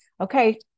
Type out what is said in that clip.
okay